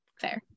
Fair